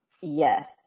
Yes